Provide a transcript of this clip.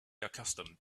accustomed